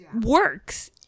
works